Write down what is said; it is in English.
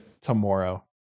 tomorrow